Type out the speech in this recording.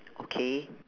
okay